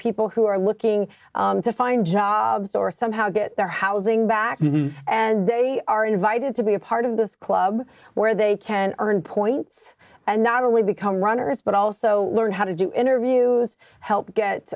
people who are looking to find jobs or somehow get their housing back and they are invited to be a part of this club where they can earn points and not only become runners but also learn how to do interviews help get